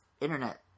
internet